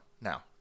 now